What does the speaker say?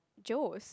Joe's